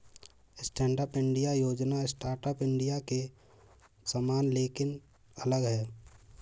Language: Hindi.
स्टैंडअप इंडिया योजना स्टार्टअप इंडिया के समान लेकिन अलग है